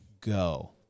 Go